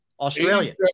Australian